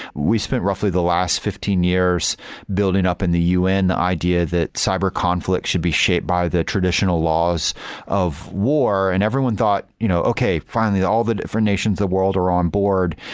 we've spent roughly the last fifteen years building up in the un the idea that cyber conflict should be shaped by the traditional laws of war and everyone thought, you know okay. finally, all the different nations the world are on board,